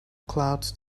clouds